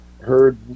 heard